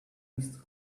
least